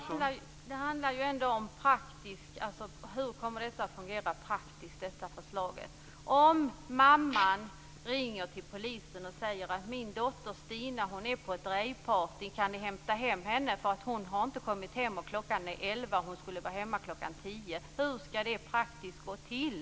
Herr talman! Det handlar ändå om hur detta kommer att fungera praktiskt. Om mamman ringer till polisen och säger att min dotter Stina är på ett rejvparty, kan ni hämta hem henne för hon har inte kommit hem och klockan är 23.00 och hon skulle ha varit hemma kl. 22.00, hur skall det praktiskt gå till?